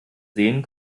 sehen